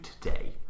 today